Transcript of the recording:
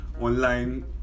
online